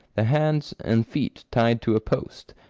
the hands and feet tied to a post,